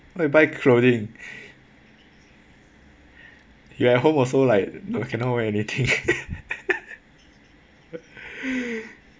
why you buy clothing you at home also like no you cannot wear anything